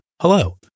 Hello